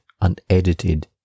unedited